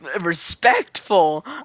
respectful